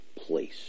place